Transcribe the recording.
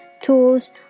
tools